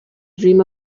dream